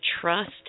trust